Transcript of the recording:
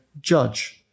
judge